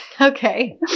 Okay